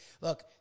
look